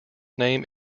name